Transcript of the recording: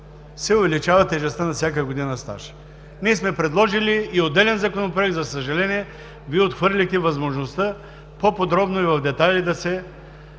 се увеличава тежестта на всяка година стаж. Предложили сме и отделен законопроект, но, за съжаление, Вие отхвърлихте възможността по-подробно и в детайли да се